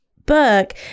book